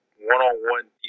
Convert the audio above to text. one-on-one